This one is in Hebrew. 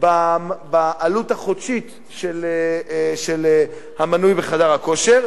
בעלות החודשית של המנוי בחדר הכושר.